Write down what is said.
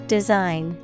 Design